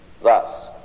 Thus